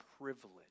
privilege